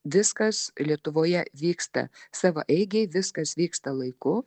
viskas lietuvoje vyksta savaeigiai viskas vyksta laiku